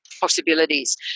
possibilities